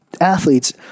Athletes